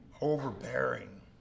overbearing